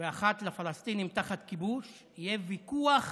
ואחת לפלסטינים תחת כיבוש, יהיה ויכוח